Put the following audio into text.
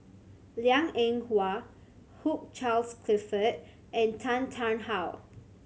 Liang Eng Hwa Hugh Charles Clifford and Tan Tarn How